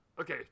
Okay